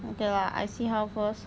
okay lah I see how first